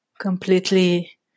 completely